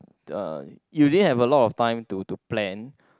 uh you didn't have a lot of time to to plan